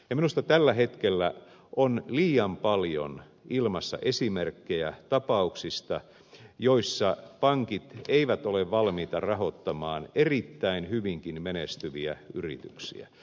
minusta tällä hetkellä on liian paljon ilmassa esimerkkejä tapauksista joissa pankit eivät ole valmiita rahoittamaan erittäin hyvinkään menestyviä yrityksiä